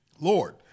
Lord